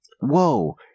Whoa